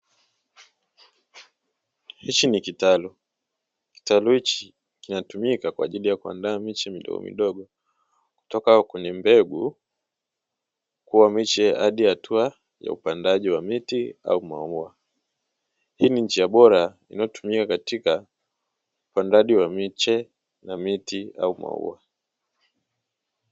Hichi ni kitalu, kitalu hichi kinatumika kwa ajili ya kuandaa miche midogomidogo kutoka kwenye mbegu kuwa miche hadi hatua ya upandaji wa miti au mau. Hii ni njia bora inayotumika katika upandaji wa miche na miti au maua.